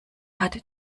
hat